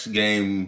game